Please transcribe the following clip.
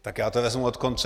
Tak já to vezmu od konce.